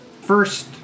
First